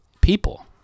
people